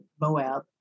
Moab